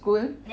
school